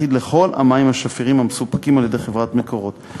אחיד לכל המים השפירים המסופקים על-ידי חברת "מקורות".